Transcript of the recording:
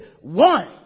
one